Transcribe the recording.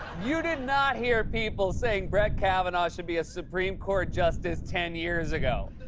you did not hear people saying brett kavanaugh should be a supreme court justice ten years ago.